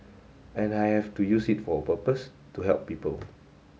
and I have to use it for a purpose to help people